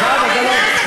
זהבה גלאון.